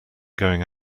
going